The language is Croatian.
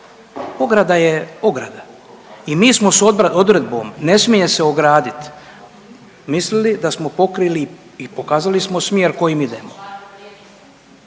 Ograda je ograda. I mi smo s odredbom ne smije se ograditi mislili da smo pokrili i pokazali smo smjer kojim idemo.